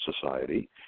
society